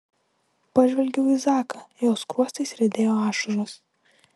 pažvelgiau į zaką jo skruostais riedėjo ašaros